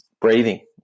breathing